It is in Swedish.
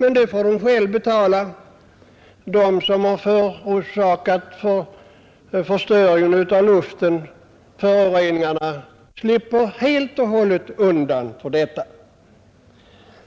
Men det får de själva betala. De som har förorsakat förstöringen av luften slipper helt och hållet undan.